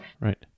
Right